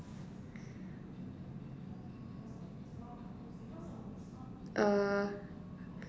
uh